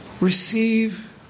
Receive